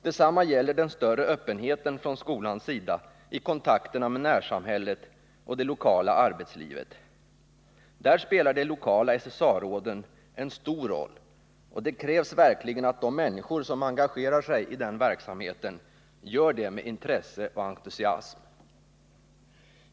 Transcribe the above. Detsamma gäller den större öppenheten från skolans sida i kontakterna med närsamhället och det lokala arbetslivet. Där spelar de lokala SSA-råden en stor roll, och det krävs verkligen att de människor som engagerar sig i den verksamheten gör det med intresse och entusiasm.